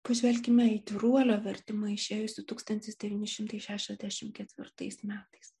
pažvelkime į tyruolio vertimą išėjusį tūkstantis devyni šimtai šešiasdešimt ketvirtais metais